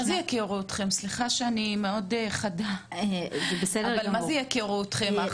סליחה שאני מאוד חדה, אבל מה זה "שיכירו אתכם"?